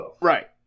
right